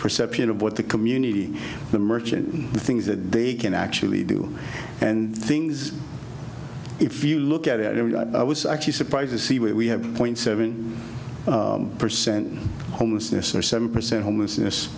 perception of what the community the merchant the things that they can actually do and things if you look at it it was actually surprised to see we have a point seven percent homelessness or seven percent homelessness